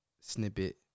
snippet